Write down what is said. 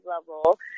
level